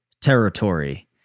territory